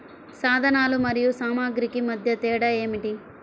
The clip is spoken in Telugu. సాధనాలు మరియు సామాగ్రికి తేడా ఏమిటి?